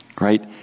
right